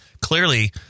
clearly